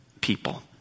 people